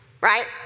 Right